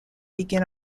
begin